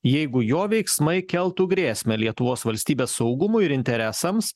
jeigu jo veiksmai keltų grėsmę lietuvos valstybės saugumui ir interesams